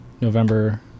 November